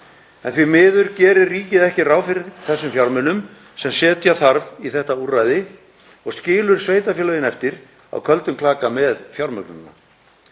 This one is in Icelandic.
en því miður gerir ríkið ekki ráð fyrir þeim fjármunum sem setja þarf í þetta úrræði og skilur sveitarfélögin eftir á köldum klaka með fjármögnunina.